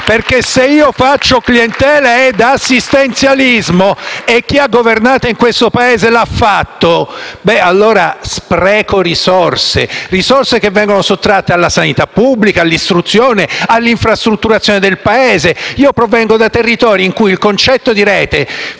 Se si fanno clientele e assistenzialismo - e chi ha governato in questo Paese l'ha fatto - si sprecano risorse, risorse che vengono sottratte alla sanità pubblica, all'istruzione, all'infrastrutturazione del Paese. Io provengo da territori in cui il concetto di rete